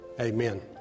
Amen